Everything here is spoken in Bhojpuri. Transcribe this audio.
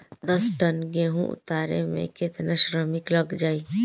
दस टन गेहूं उतारे में केतना श्रमिक लग जाई?